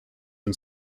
and